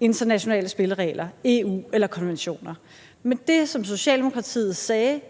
internationale spilleregler, EU eller konventioner. Men det, som Socialdemokratiet sagde